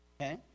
Okay